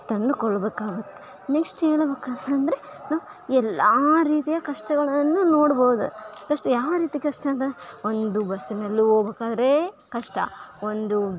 ತಂದುಕೊಳ್ಬೇಕಾಗುತ್ತೆ next ಹೇಳ್ಬೇಕ್ ಅಂತಂದರೆ ಎಲ್ಲ ರೀತಿಯ ಕಷ್ಟಗಳನ್ನು ನೋಡಬೌದು ಫಸ್ಟ್ ಯಾವ ರೀತಿ ಕಷ್ಟ ಅಂತ ಒಂದು ಬಸ್ಸಿನಲ್ಲಿ ಹೋಗ್ಬೇಕಾದ್ರೆ ಕಷ್ಟ ಒಂದು